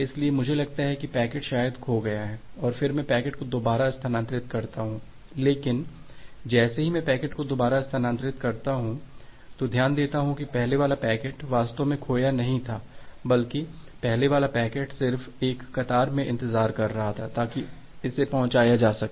इसलिए मुझे लगता है कि पैकेट शायद खो गया है और फिर मैं पैकेट को दोबारा स्थानांतरित करता हूँ लेकिन जैसे ही मै पैकेट को दोबारा स्थानांतरित करता हूँ तो ध्यान देता हूँ कि पहले वाला पैकेट वास्तव में खोया नहीं था बल्कि पहले वाला पैकेट सिर्फ एक कतार में इंतजार कर रहा था ताकि इसे पहुंचाया जा सके